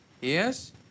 yes